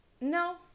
no